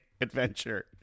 adventure